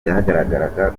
byagaragaraga